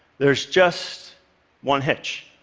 there's just one hitch.